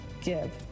give